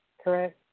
correct